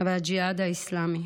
והג'יהאד האסלאמי